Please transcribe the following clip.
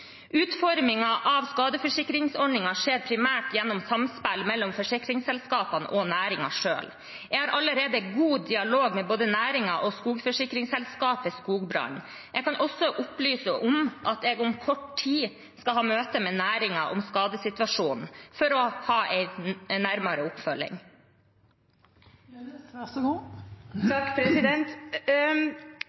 av skadeforsikringsordningen skjer primært gjennom samspill mellom forsikringsselselskapene og næringen selv. Jeg har allerede god dialog med både næringen og skogforsikringsselskapet Skogbrand. Jeg kan også opplyse om at jeg om kort tid skal ha et møte med næringen om skadesituasjonen for å ha en nærmere